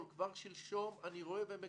גם ההצעות שמיטיבות עם החוק,